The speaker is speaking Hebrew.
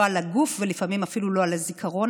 לא על הגוף ולפעמים אפילו לא על הזיכרון,